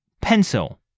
pencil